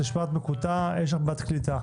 את נשמעת מקוטעת, יש לך בעיית קליטה.